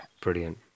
brilliant